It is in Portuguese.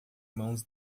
mãos